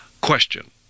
Question